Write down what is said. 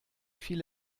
viel